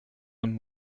and